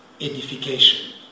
edification